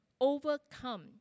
overcome